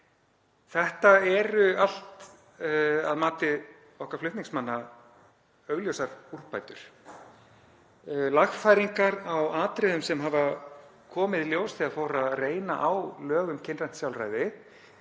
Þetta er allt að mati okkar flutningsmanna augljósar úrbætur, lagfæringar á atriðum sem hafa komið í ljós þegar fór að reyna á lög um kynrænt sjálfræði.